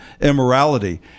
immorality